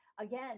Again